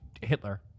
Hitler